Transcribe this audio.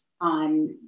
on